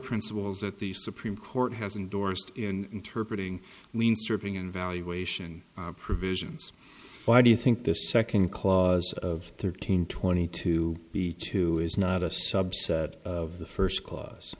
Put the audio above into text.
principles that the supreme court has endorsed in interpretating lean stripping in valuation provisions why do you think the second clause of thirteen twenty two b two is not a subset of the first clause